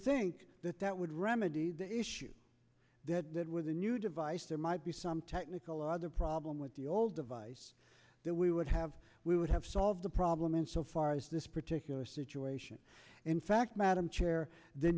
think that that would remedy the issue that with the new device there might be some technical or other problem with the old device that we would have we would have solved the problem in so far as this particular situation in fact madam chair the